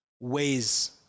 ways